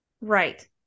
Right